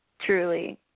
Truly